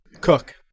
cook